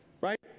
right